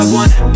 one